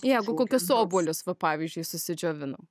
jeigu kokius obuolius va pavyzdžiui susidžiovinam